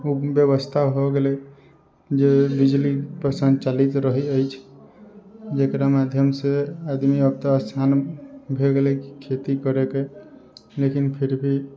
ओ व्यवस्था हो गेलै जे बिजलीपर सञ्चालित रहै अछि जकरा माध्यमसँ आदमी आब तऽ स्थान भऽ गेलै कि खेती करयके लेकिन फिर भी